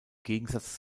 gegensatz